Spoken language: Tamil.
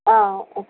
ஆ ஓகே